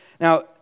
Now